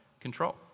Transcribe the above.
control